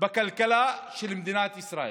בכלכלה של מדינת ישראל.